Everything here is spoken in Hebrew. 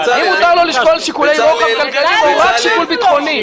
האם מותר לו לשקול שיקולי רוחב כלכליים או רק שיקול ביטחוני?